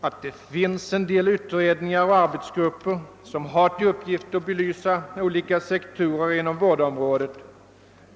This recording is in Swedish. att en del utredningar och arbetsgrupper har till uppgift att belysa olika sektorer inom vårdområdet.